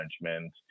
management